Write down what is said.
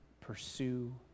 pursue